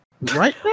Right